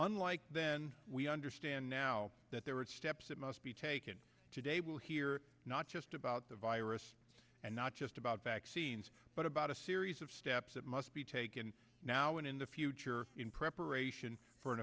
unlike then we understand now that there are steps that must be taken today will hear not just about the virus and not just about vaccines but about a series of steps that must be taken now and in the future in preparation for an